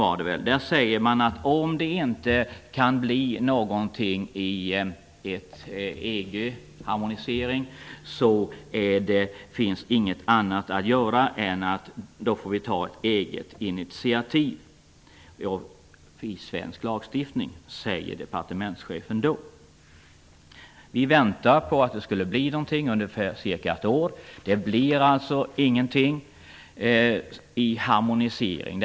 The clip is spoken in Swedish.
Där säger departementschefen att om det inte kan bli någon EG-harmonisering finns inget annat att göra än att ta ett eget initiativ i svensk lagstiftning. Vi väntade under cirka ett år på att det skulle bli någonting, men det blev alltså ingen harmonisering.